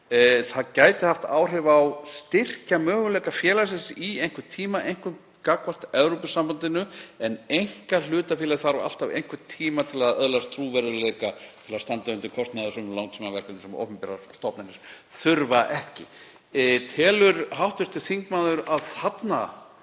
gæti haft áhrif á styrkjamöguleika félagsins í einhvern tíma, einkum gagnvart Evrópusambandinu, en einkahlutafélag þurfi alltaf einhvern tíma til að öðlast trúverðugleika til að standa undir kostnaði af sumum langtímaverkefnum sem opinberar stofnanir þurfa ekki. Telur hv. þingmaður að þarna